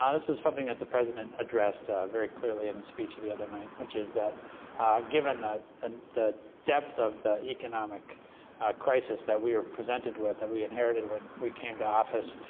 ah this is something that the president addressed very clearly in the speech the other night, which is that given ah the depth of the economic crisis that we are presented with, that we inherited when we came to office,